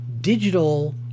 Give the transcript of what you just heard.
digital